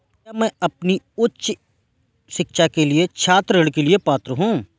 क्या मैं अपनी उच्च शिक्षा के लिए छात्र ऋण के लिए पात्र हूँ?